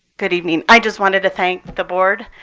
good evening. i just wanted to thank the board,